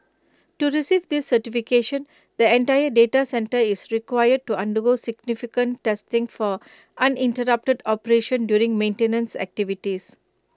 to receive this certification the entire data centre is required to undergo significant testing for uninterrupted operation during maintenance activities